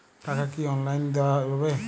টাকা কি অনলাইনে দেওয়া যাবে?